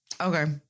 okay